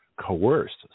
Coerced